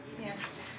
Yes